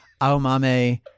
Aomame